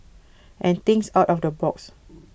and thinks out of the box